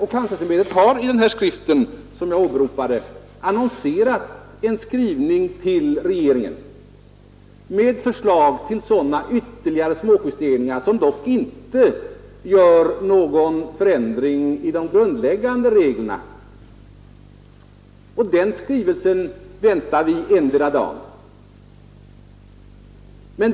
Kanslersämbetet har ju t.o.m. i den här skriften jag åberopade annonserat en skrivelse till regeringen med förslag till sådana ytterligare småjusteringar som dock inte leder till någon förändring i de grundläggande reglerna. Den skrivelsen väntar vi endera dagen.